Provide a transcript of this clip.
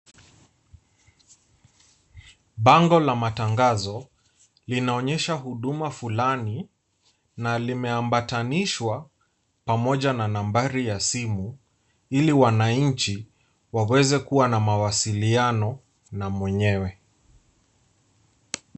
Bango la matangazo linaonyesha huduma fulani na limeambatanishwa pamoja na nambari ya simu ili wananchi waweze kuwa na mawasiliano na mwenyewe.